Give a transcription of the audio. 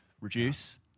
reduce